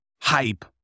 hype